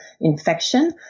infection